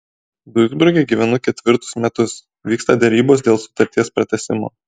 duisburge gyvenu ketvirtus metus vyksta derybos dėl sutarties pratęsimo